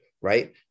right